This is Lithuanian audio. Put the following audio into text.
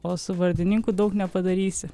o su vardininku daug nepadarysi